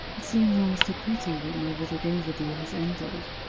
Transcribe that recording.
it seems almost a pity that my little game with you has ended.